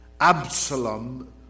Absalom